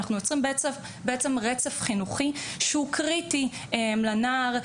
אנחנו יוצרים בעצם רצף חינוכי שהוא קריטי לנער,